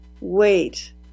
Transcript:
wait